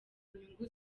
inyungu